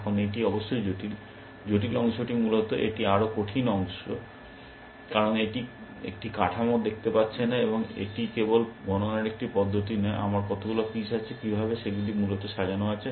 এখন এটি অবশ্যই জটিল অংশটি মূলত এটি আরও কঠিন অংশ কারণ এটি একটি কাঠামো দেখতে পাচ্ছে না এবং এটি কেবল গণনার একটি পদ্ধতি নয় আমার কতগুলি পিস আছে কীভাবে সেগুলি মূলত সাজানো হয়েছে